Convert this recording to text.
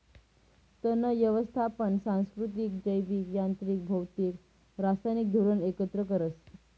तण यवस्थापन सांस्कृतिक, जैविक, यांत्रिक, भौतिक, रासायनिक धोरण एकत्र करस